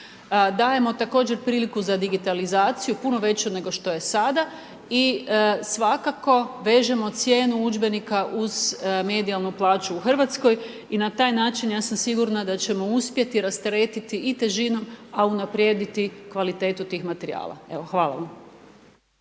dajemo također priliku za digitalizaciju, puno veću nego što je to sada i svakako vežemo cijenu udžbenika uz …/Govornik se ne razumije./… plaću u Hrvatskoj i na taj način, ja sam sigurna da ćemo uspjeti rasteretiti i težinu a unaprijediti kvalitetu tih materijala. Hvala.